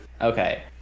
Okay